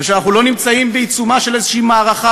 ואנחנו לא נמצאים בעיצומה של איזו מערכה